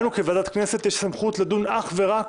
לנו כוועדת כנסת יש סמכות לדון אך ורק